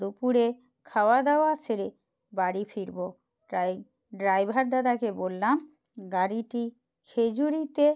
দুপুরে খাওয়াদাওয়া সেরে বাড়ি ফিরবো তাই ড্রাইভার দাদাকে বললাম গাড়িটি খেজুরিতে